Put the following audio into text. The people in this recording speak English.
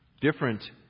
different